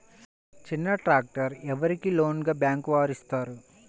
చిన్న ట్రాక్టర్ ఎవరికి లోన్గా బ్యాంక్ వారు ఇస్తారు?